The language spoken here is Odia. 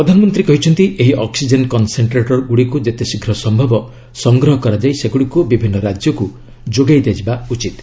ପ୍ରଧାନମନ୍ତ୍ରୀ କହିଛନ୍ତି ଏହି ଅକ୍ନିଜେନ୍ କନ୍ସେଣ୍ଟ୍ରେଟର୍ ଗୁଡ଼ିକୁ ଯେତେ ଶୀଘ୍ର ସମ୍ଭବ ସଂଗ୍ରହ କରାଯାଇ ସେଗୁଡ଼ିକୁ ବିଭିନ୍ନ ରାଜ୍ୟକୁ ଯୋଗାଇ ଦିଆଯିବା ଉଚିତ୍